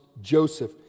Joseph